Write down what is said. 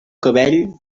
cabell